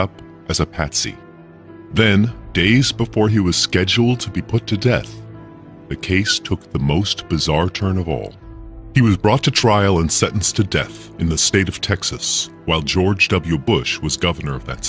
up as a patsy then days before he was scheduled to be put to death the case took the most bizarre turn of all he was brought to trial and sentenced to death in the state of texas while george w bush was governor of that